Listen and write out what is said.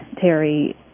Terry